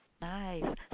Nice